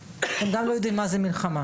ארצות הברית גם לא יודעת מה זאת מלחמה.